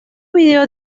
video